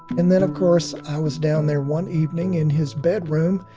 and then, of course, i was down there one evening in his bedroom,